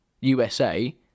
USA